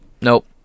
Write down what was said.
Nope